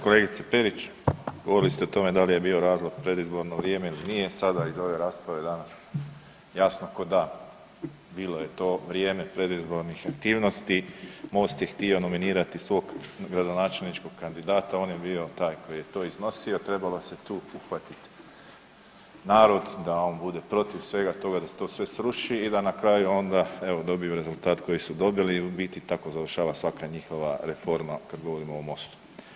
Kolegice Perić, govorili ste o tome da li je bio razlog predizborno vrijeme ili nije, sada iz ove rasprave danas jasno ko dan bilo je to vrijeme predizbornih aktivnosti, Most je htio nominirati svog gradonačelničkog kandidata, on je bio taj koji je to iznosio trebalo se tu uhvatit narod da on bude protiv svega toga, da se to sve sruši i da na kraju onda evo dobili rezultat koji su dobili i u biti tako završava svaka njihova reforma kada govorimo o Mostu.